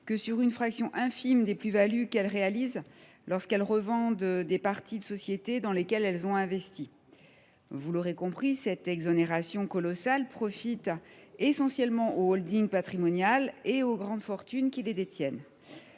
que sur une fraction infime des plus values qu’elles réalisent lorsqu’elles revendent des parts de sociétés dans lesquelles elles ont investi. Cette exonération colossale profite essentiellement aux holdings patrimoniales et aux grandes fortunes qui les détiennent.